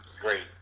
great